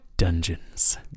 Dungeons